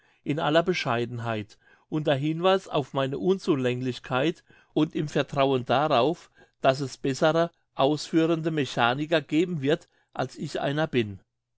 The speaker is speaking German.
in aller bescheidenheit unter hinweis auf meine unzulänglichkeit und im vertrauen darauf dass es bessere ausführende mechaniker geben wird als ich einer bin